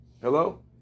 Hello